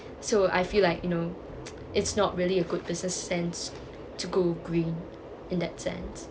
so I feel like you know it's not really a good business sense to go green in that sense